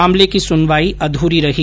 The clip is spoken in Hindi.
मामले की सुनवाई अध्री रही